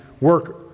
work